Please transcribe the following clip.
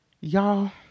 Y'all